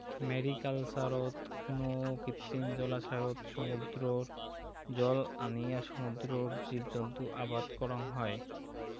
ম্যারিকালচারত কুনো কৃত্রিম জলাশয়ত সমুদ্রর জল আনিয়া সমুদ্রর জীবজন্তু আবাদ করাং হই